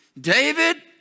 David